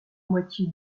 moitié